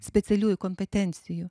specialiųjų kompetencijų